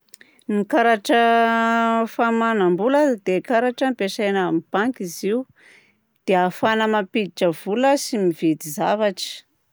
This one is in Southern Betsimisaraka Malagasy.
Ny karatra famahambola dia karatra ampiasaina amin'ny banky izy io dia ahafahana mampiditra vola sy mividy zavatra.